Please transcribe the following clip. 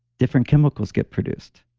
different chemicals get produced.